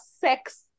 sex